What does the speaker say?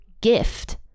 gift